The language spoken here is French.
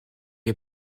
est